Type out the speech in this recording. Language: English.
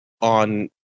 on